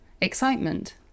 Excitement